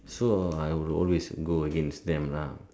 so I will always go against them lah